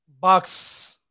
box –